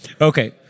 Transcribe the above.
Okay